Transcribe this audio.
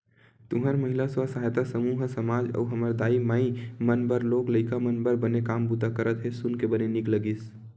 तुंहर महिला स्व सहायता समूह ह समाज अउ हमर दाई माई मन बर लोग लइका मन बर बने काम बूता करत हे सुन के बने नीक लगिस